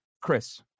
Chris